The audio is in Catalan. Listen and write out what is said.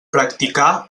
practicà